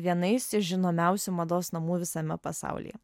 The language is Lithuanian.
vienais iš žinomiausių mados namų visame pasaulyje